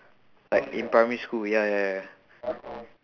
like in primary school ya ya ya